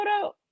photo